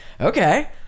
Okay